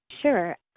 Sure